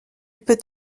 peut